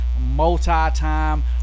Multi-time